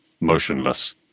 motionless